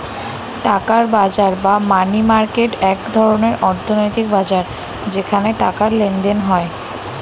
টাকার বাজার বা মানি মার্কেট এক ধরনের অর্থনৈতিক বাজার যেখানে টাকার লেনদেন হয়